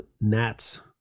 gnats